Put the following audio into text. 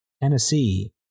Tennessee